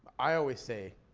i always say,